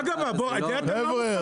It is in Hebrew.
חבר'ה,